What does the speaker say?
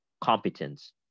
competence